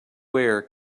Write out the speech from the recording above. where